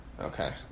Okay